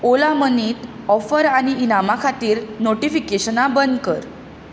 Ola money offer आनी इनामां खातीर नोटिफिकेशनां बंद कर